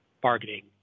bargaining